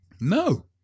No